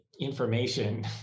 information